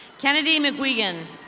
kennedy mcquigan.